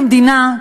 כמדינה,